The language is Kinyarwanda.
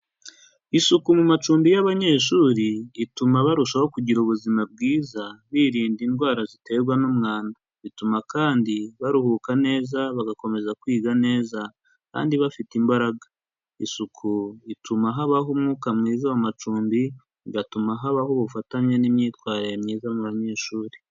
Isuku mu macumbi y'abanyeshuri ituma barushaho kugira ubuzima bwiza, birinda indwara ziterwa n'umwanda. Bituma kandi baruhuka neza bagakomeza kwiga neza kandi bafite imbaraga, isuku ituma habaho umwuka mwiza w'amacumbi bigatuma habaho ubufatanye n'imyitwarire myiza mu banyeshuri.